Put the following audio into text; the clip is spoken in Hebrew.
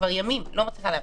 כבר ימים אני לא מצליחה להבין.